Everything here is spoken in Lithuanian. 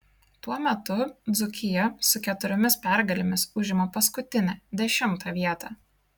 tuo metu dzūkija su keturiomis pergalėmis užima paskutinę dešimtą vietą